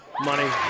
Money